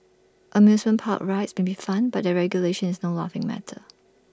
amusement park rides may be fun but their regulation is no laughing matter